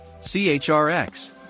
CHRX